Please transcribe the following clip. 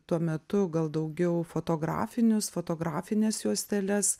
tuo metu gal daugiau fotografinius fotografines juosteles